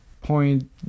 point